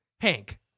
Hank